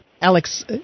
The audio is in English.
Alex